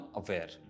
aware